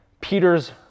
Peter's